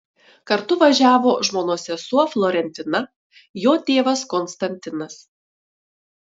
kartu važiavo žmonos sesuo florentina jo tėvas konstantinas